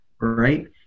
Right